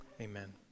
Amen